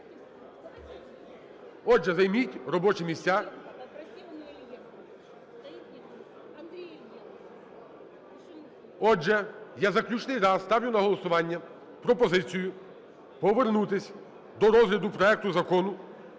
Отже, займіть робочі місця. Отже, я заключний раз ставлю на голосування пропозицію повернутися до розгляду проекту Закону